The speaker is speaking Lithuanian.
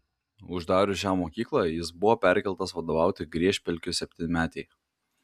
uždarius šią mokyklą jis buvo perkeltas vadovauti griežpelkių septynmetei